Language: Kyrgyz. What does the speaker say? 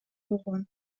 койгон